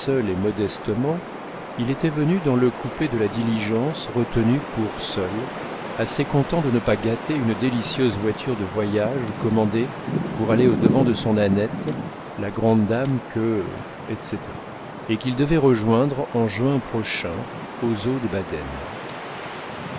et modestement il était venu dans le coupé de la diligence retenu pour lui seul assez content de ne pas gâter une délicieuse voiture de voyage commandée pour aller au-devant de son annette la grande dame que etc et qu'il devait rejoindre en juin prochain aux eaux de baden